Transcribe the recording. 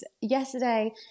yesterday